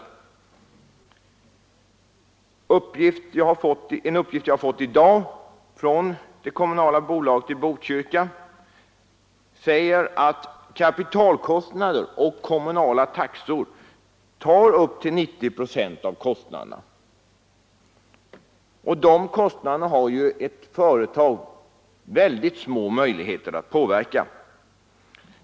En uppgift som jag har fått i dag från det kommunala bolag som ägs av Botkyrka kommun säger att kapitalkostnader och kommunala taxor svarar för upp till 90 procent av kostnaderna, och dessa kostnadsposter har ju ett företag väldigt små möjligheter att påverka.